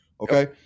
Okay